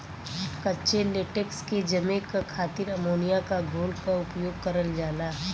कच्चे लेटेक्स के जमे क खातिर अमोनिया क घोल क उपयोग करल जाला